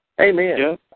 Amen